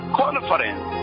conference